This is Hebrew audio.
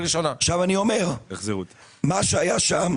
מה שהיה שם,